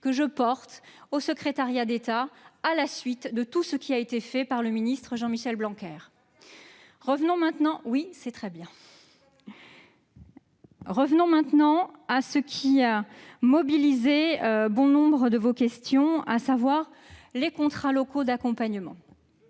que je porte au secrétariat d'État, à la suite de tout ce qui a été fait par le ministre Jean-Michel Blanquer. Bref, tout va bien ! Revenons maintenant à ce qui a mobilisé bon nombre de vos questions, à savoir les contrats locaux d'accompagnement.